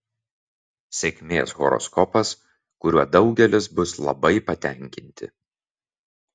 sėkmės horoskopas kuriuo daugelis bus labai patenkinti